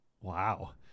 Wow